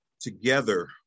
together